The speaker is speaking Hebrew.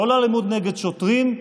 לא לאלימות נגד שוטרים,